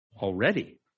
already